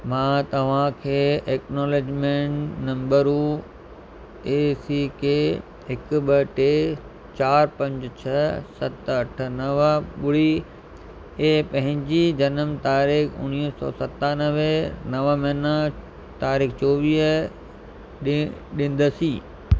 मां तव्हां खे एक्नॉलेजमेंट नम्बर ए सी के हिकु ॿ टे चार पंज छह सत अठ नव ॿुड़ी ऐं पंहिंजी जनम तारीख़ु उणिवीह सौ सतानवे नव महिना तारीख़ु चोवीह ॾींदसि